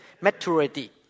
Maturity